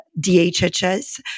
DHHS